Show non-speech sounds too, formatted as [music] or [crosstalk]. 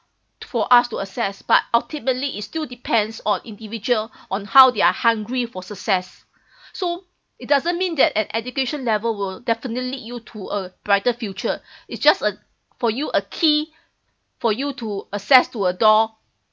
for us to access but ultimately it still depends on individual on how they're hungry for success [breath] so it doesn't mean that an education level will definitely lead you to a brighter future is just a for you a key for you to access to a door